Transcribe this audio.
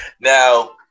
Now